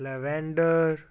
lavender